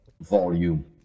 volume